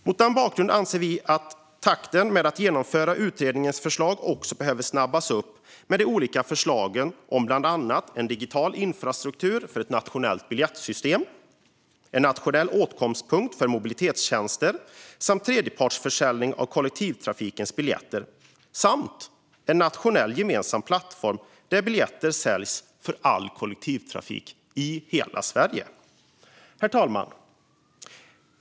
Mot den bakgrunden anser vi att takten i att genomföra utredningens förslag också behöver snabbas upp med de olika förslagen om bland annat en digital infrastruktur för ett nationellt biljettsystem, en nationell åtkomstpunkt för mobilitetstjänster, tredjepartsförsäljning av kollektivtrafikens biljetter samt en nationell gemensam plattform där biljetter säljs för all kollektivtrafik i hela Sverige. Herr talman!